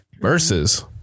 Versus